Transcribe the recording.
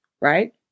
right